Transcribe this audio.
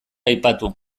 aipatu